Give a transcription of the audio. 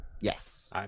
yes